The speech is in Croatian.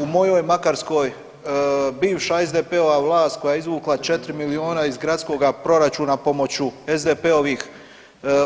U mojoj Makarskoj bivša SDP-ova vlast koja je izvukla 4 miliona iz gradskoga proračuna pomoću SDP-ovih